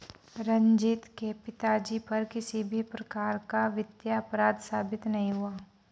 रंजीत के पिताजी पर किसी भी प्रकार का वित्तीय अपराध साबित नहीं हुआ